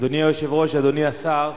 אדוני היושב-ראש, אדוני השר,